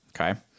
Okay